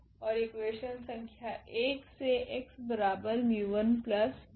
ओर equation संख्या 1 से x 𝜇1 𝜇2